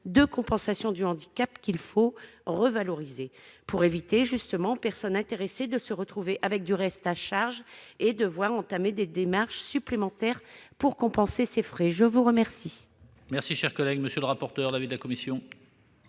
de compensation du handicap qu'il faut revaloriser. Il s'agit justement d'éviter aux personnes intéressées de se retrouver avec du reste à charge et de devoir entamer des démarches supplémentaires pour compenser ces frais. Quel